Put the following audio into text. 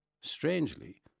Strangely